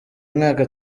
mwaka